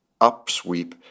upsweep